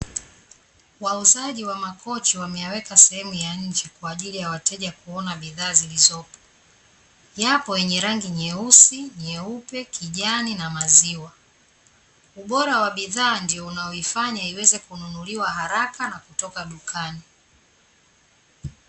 Wauzaji wa makochi wameyaweka sehemu ya nje kwa ajili ya wateja kuona bidhaa zilizopo. Yapo yenye rangi nyeusi, nyeupe, kijani na maziwa. Ubora wa bidhaa ndiyo unaoifanya iweze kununuliwa haraka na kutoka dukani.